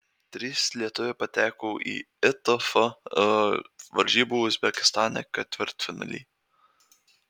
trys lietuviai pateko į itf varžybų uzbekistane ketvirtfinalį